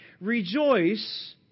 rejoice